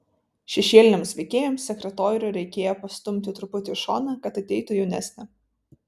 šešėliniams veikėjams sekretorių reikėjo pastumti truputį į šoną kad ateitų jaunesnė